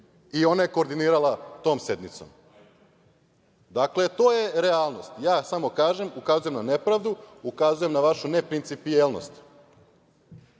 Ona je koordinirala tom sednicom. Dakle, to je realnost. Samo kažem, ukazujem na nepravdu, ukazujem na vašu neprincipijelnost.